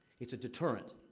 it's a deterrent.